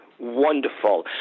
wonderful